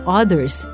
others